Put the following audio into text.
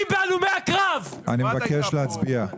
אני מבקש להצביע.